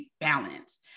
balance